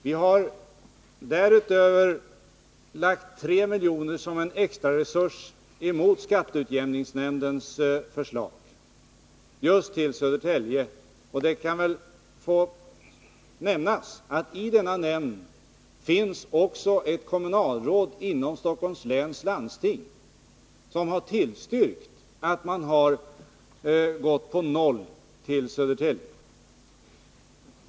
Vi har därutöver mot skatteutjämningsnämndens förslag beviljat Södertälje ett bidrag på 3 milj.kr. som en extra resurs. I denna nämnd finns också ett kommunalråd inom Stockholms läns landsting. Han har tillstyrkt att Södertälje inte skulle få något sådant bidrag.